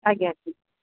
ଆଜ୍ଞା